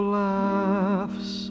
laughs